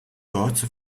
lots